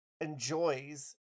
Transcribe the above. enjoys